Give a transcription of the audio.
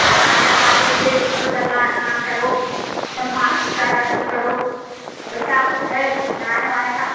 नहाने वहाने के लिए जैसे गंगा स्नान करो माँ जी का दर्शन करो वैसा कुछ है नहाने वहाने का